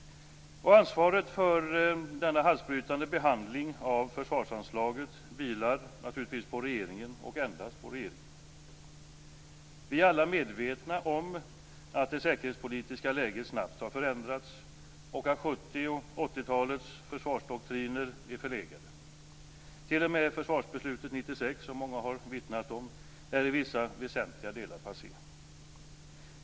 Ansvaret för denna halsbrytande behandling av försvarsanslaget vilar naturligtvis på regeringen och endast på regeringen. Vi är alla medvetna om att det säkerhetspolitiska läget snabbt har förändrats och att 70 och 80-talens försvarsdoktriner är förlegade. T.o.m. försvarsbeslutet 1996 som många har vittnat om är i vissa väsentliga delar passé.